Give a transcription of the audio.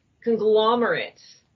conglomerates